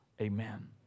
amen